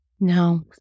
No